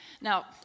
Now